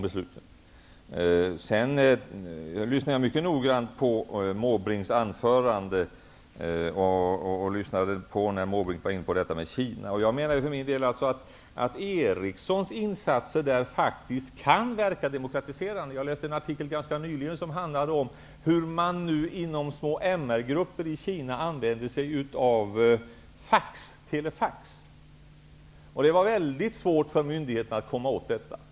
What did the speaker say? Jag lyssnade mycket noggrant på Måbrinks anförande och på det han sade om detta med Kina. Ericssons insatser där kan faktiskt verka demokratiserande. Jag läste ganska nyligen en artikel som handlade om hur man nu inom små MR-grupper i Kina använde sig av telefax. Det var väldigt svårt för myndigheterna att komma åt detta.